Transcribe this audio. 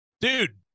dude